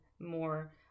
more